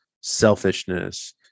selfishness